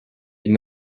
une